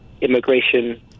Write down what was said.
immigration